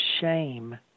shame